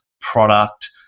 product